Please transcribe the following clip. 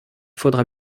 faudra